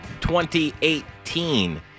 2018